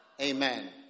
Amen